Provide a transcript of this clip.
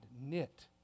knit